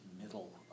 middle